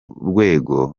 rwego